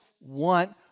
want